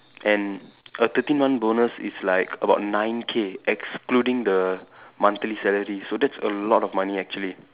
and a thirteen month bonus is like about nine K excluding the monthly salary so that's a lot of money actually